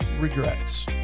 regrets